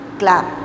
clap